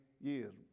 years